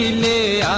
me.